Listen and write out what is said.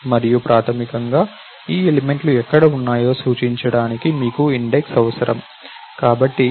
మరియు ప్రాథమికంగా ఈ ఎలిమెంట్లు ఎక్కడ ఉన్నాయో సూచించడానికి మీకు ఇండెక్స్ అవసరం